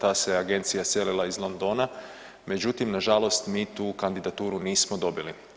Ta se agencija selila iz Londona međutim nažalost mi tu kandidaturu nismo dobili.